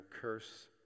curse